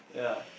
ya